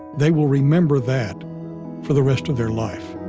they will remember that for the rest of their life